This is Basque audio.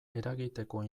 eragiteko